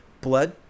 Blood